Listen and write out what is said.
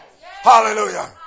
Hallelujah